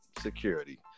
security